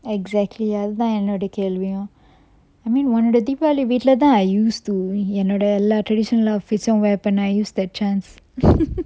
exactly அது தான் என்னோடைய கேள்வியும்:athu thaan ennodaya kelviyum I mean இந்த:intha deepavali வீட்லதான்:veetla thaan I used to என்னோட எல்லா:ennoda ella traditional outfit um wear பண்ணன்:pannan I used that chance